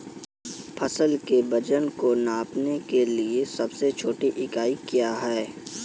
फसल के वजन को नापने के लिए सबसे छोटी इकाई क्या है?